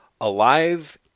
alive